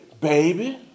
baby